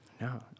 No